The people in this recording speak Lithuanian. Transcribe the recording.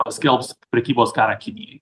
paskelbs prekybos karą kinijai